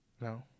No